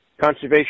Conservation